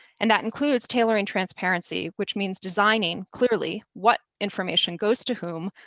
and that includes tailoring transparency which means designing, clearly, what information goes to whom,